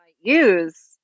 use